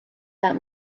that